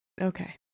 okay